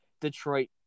Detroit